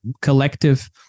collective